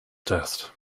test